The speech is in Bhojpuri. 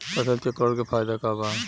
फसल चक्रण के फायदा का बा?